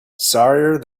sorrier